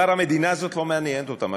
המדינה הזאת כבר לא מעניינת אותם.